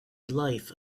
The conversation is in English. life